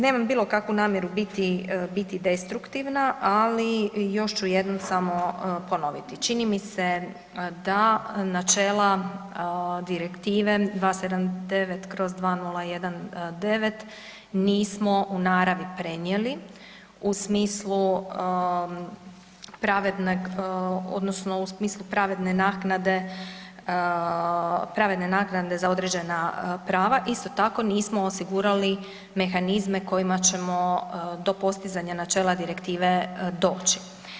Nemam bilo kakvu namjeru biti destruktivna, ali još ću jednom samo ponoviti, čini mi se da načela Direktive 279/2019 nismo u naravni prenijeli u smislu pravednog odnosno u smislu pravedne naknade za određena prava, isto tako nismo osigurali mehanizme kojima ćemo to postizanje načela direktive doći.